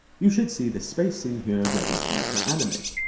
you should see the space scene here ready for you to animate.